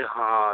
अरे हा